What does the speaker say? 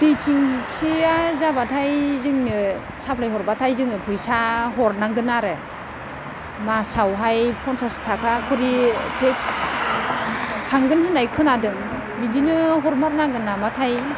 दै थेंखिया जाबाथाय जोंनो साफ्लाय हरबाथाय जोङो फैसा हरनांगोन आरो मासावहाय फन्सास थाखा खरि टेक्स खांगोन होननाय खोनादों बिदिनो हरमार नांगोन नामाथाय